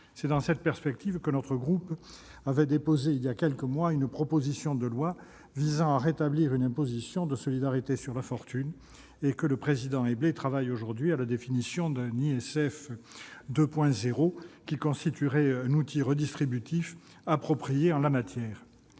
C'est dans cette perspective que notre groupe a déposé, il y a quelques mois, une proposition de loi visant à rétablir une imposition de solidarité sur la fortune, et que Vincent Éblé travaille aujourd'hui à la définition d'un ISF « 2.0 », qui constituerait un outil redistributif approprié en la matière.